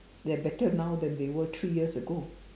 they are better now than they were three years ago